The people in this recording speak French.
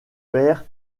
père